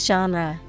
Genre